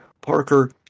Parker